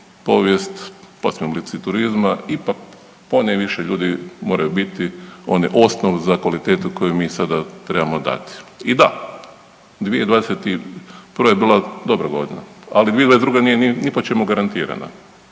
povijest, pa svi oblici turizma ipak ponajviše ljudi moraju biti onaj osnov za kvalitetu koju mi sada trebamo dati. I da, 2021. je bila dobra godina, ali 2022. nije ni po čemu garantirana.